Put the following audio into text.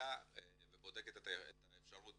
צרפתייה ובודקת את האפשרות